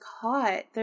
caught